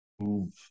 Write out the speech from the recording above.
move